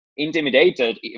intimidated